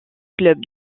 club